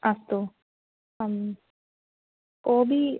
अस्तु कोपि